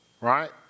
right